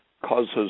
causes